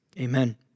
amen